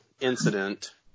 incident